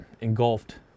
engulfed